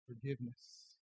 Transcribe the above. forgiveness